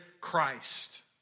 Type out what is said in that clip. Christ